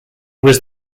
was